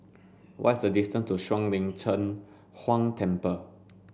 what's the distance to Shuang Lin Cheng Huang Temple